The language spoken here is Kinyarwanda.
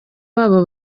babo